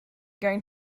going